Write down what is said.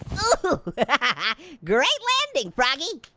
ah but ah great landing, froggy.